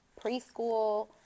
preschool